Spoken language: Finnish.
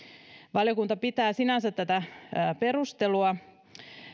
valiokunta pitää sinänsä tätä perustelua